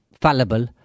fallible